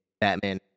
Batman